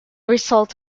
result